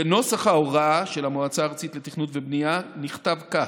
בנוסח ההוראה של המועצה הארצית לתכנון ובנייה נכתב כך: